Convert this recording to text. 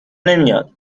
نمیاد